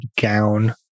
gown